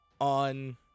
On